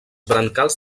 brancals